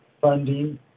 funding